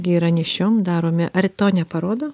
gi yra nėščiom daromi ar to neparodo